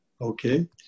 Okay